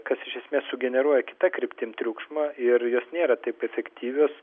kas iš esmės sugeneruoja kita kryptim triukšmą ir jos nėra taip efektyvios